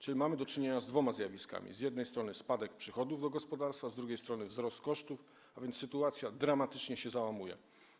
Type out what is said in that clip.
Czyli mamy do czynienia z dwoma zjawiskami: z jednej strony mamy spadek przychodów gospodarstwa, a z drugiej strony - wzrost kosztów, a więc sytuacja dramatycznie się załamuje.